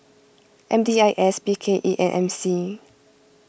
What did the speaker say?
M D I S B K E and M C